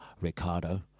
Ricardo